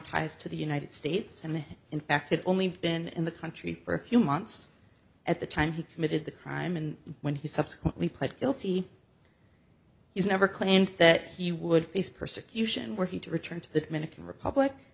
ties to the united states and in fact it only been in the country for a few months at the time he committed the crime and when he subsequently pled guilty he's never claimed that he would face persecution were he to return to that minikin republic